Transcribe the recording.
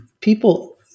People